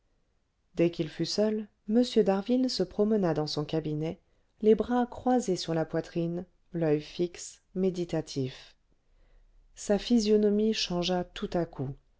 dès qu'il fut seul m d'harville se promena dans son cabinet les bras croisés sur la poitrine l'oeil fixe méditatif sa physionomie changea tout à coup